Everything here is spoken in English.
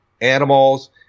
animals